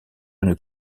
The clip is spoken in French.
une